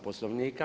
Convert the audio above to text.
Poslovnika.